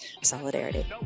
Solidarity